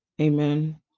amen